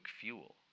fuel